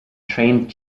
trained